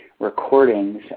recordings